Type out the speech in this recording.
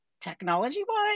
technology-wise